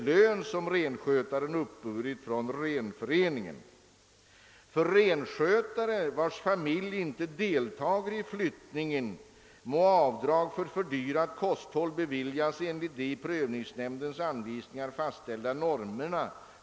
Den som har mindre än fem renar påförs ingen taxering.